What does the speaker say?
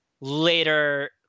later